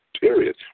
period